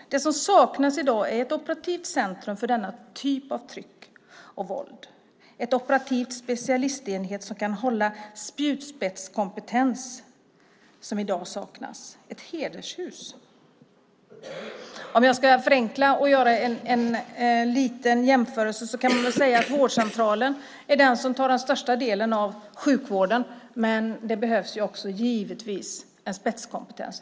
Det som saknas i dag är ett operativt centrum för denna typ av förtryck och våld, en operativ specialistenhet som kan hålla den spjutspetskompetens som i dag saknas - ett hedershus. För att förenkla och göra en liten jämförelse kan jag väl säga att vårdcentralen tar den största delen av sjukvården, men givetvis behövs det också en spetskompetens.